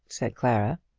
said clara.